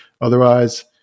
Otherwise